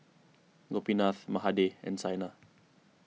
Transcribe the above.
Gopinath Mahade and Saina